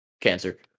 cancer